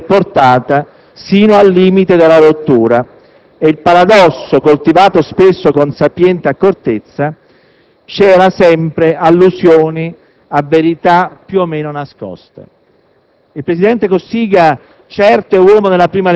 nella quale la provocazione è sempre portata sino al limite della rottura e il paradosso, coltivato spesso con sapiente accortezza, cela sempre allusioni a verità più o meno nascoste.